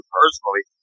personally